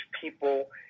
people